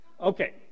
Okay